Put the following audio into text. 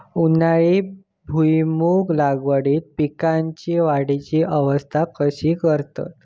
उन्हाळी भुईमूग लागवडीत पीकांच्या वाढीची अवस्था कशी करतत?